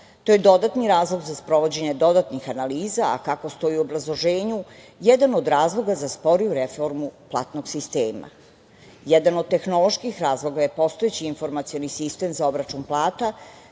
To je dodatni razlog za sprovođenje dodatnih analiza, a kako stoji u obrazloženju, jedan od razloga za sporiju reformu platnog sistema. Jedan od tehnoloških razloga je postojeći informacioni sistem za obračun plata,